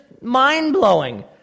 Mind-blowing